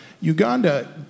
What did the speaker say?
Uganda